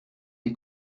des